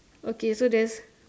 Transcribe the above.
okay so there's